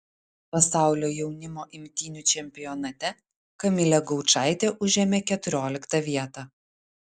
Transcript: pasaulio jaunimo imtynių čempionate kamilė gaučaitė užėmė keturioliktą vietą